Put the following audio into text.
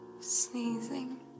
sneezing